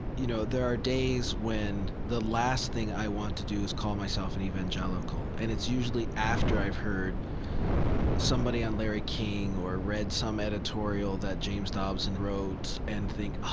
you know, there are days when the last thing i want to do is call myself an and evangelical, and it's usually after i've heard somebody on larry king or read some editorial that james dobson wrote and think, oh,